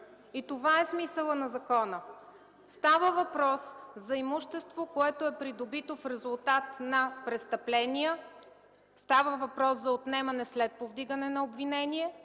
Това е смисълът на закона. Става въпрос за имущество, което е придобито в резултат на престъпления, става въпрос за отнемане след повдигане на обвинение.